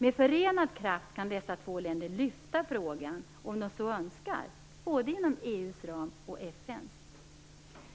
Med förenad kraft kan dessa två länder lyfta frågan, om de så önskar, både inom EU:s ram och inom FN:s ram.